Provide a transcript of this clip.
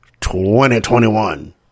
2021